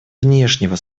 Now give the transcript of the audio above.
внешнего